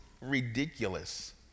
ridiculous